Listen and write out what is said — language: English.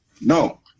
No